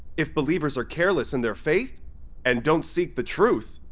if believers are careless in their faith and don't seek the truth,